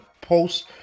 post